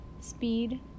speed